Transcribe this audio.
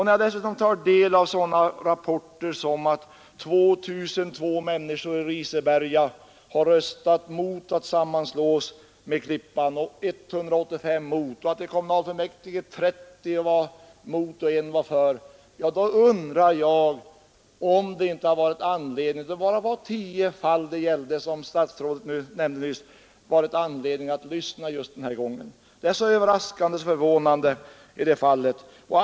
När jag dessutom tar del av sådana rapporter som att 2 002 människor i Riseberga röstade mot att sammanslås med Klippan, medan 185 röstade för, och att i kommunfullmäktige 30 var mot och 1 för, då undrar jag om det inte hade varit anledning att lyssna den här gången i de tio fall statsrådet nämnde som det skulle gälla här. Det är så överraskande och förvånande att man inte gör det.